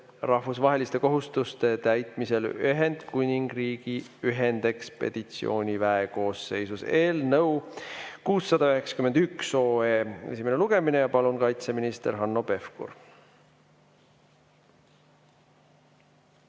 rahvusvaheliste kohustuste täitmisel Ühendkuningriigi ühendekspeditsiooniväe koosseisus" eelnõu 691 esimene lugemine. Palun, kaitseminister Hanno Pevkur!